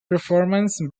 performance